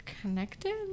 connected